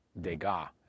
Degas